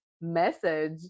message